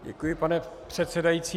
Děkuji, pane předsedající.